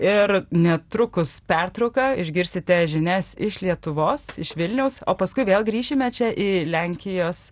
ir netrukus pertrauka išgirsite žinias iš lietuvos iš vilniaus o paskui vėl grįšime čia į lenkijos